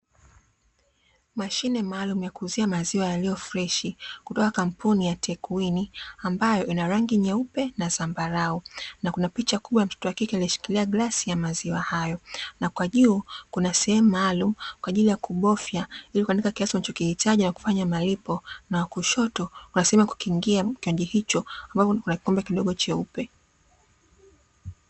Mashine maalumu ya kuuzia maziwa yaliyo freshi kutoka kampuni ya "TakeWin" ambayo ina rangi nyeupe na dhambarau, na kuna picha kubwa ya mtoto wa kike alieshikilia gilasi ya maziwa hayoo, na juu kuna sehemu maalumu kwa ajili ya kubofya ili kuandika kiasi unachokihitaji na kufanya malipo na kushoto kuna sehemu ya kukingia ambapo na kikombe kidogo cheupe.